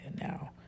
now